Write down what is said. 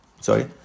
Sorry